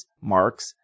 Marks